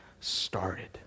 started